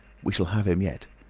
we shall have him yet!